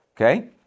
Okay